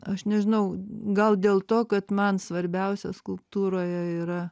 aš nežinau gal dėl to kad man svarbiausia skulptūroje yra